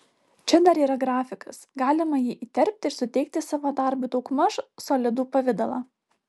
čia dar yra grafikas galima jį įterpti ir suteikti savo darbui daugmaž solidų pavidalą